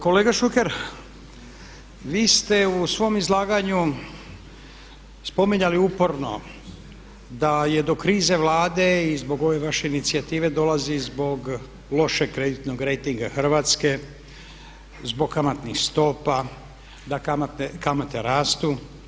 Kolega Šuker, vi ste u svom izlaganju spominjali uporno da je do krize Vlade i zbog ove vaše inicijative dolazi zbog loše kreditnog rejtinga Hrvatske, zbog kamatnih stopa, da kamate rastu.